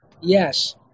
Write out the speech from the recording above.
yes